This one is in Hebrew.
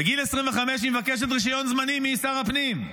בגיל 25 היא מבקשת רישיון זמני משר הפנים,